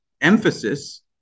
emphasis